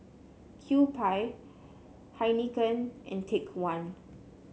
Kewpie Heinekein and Take One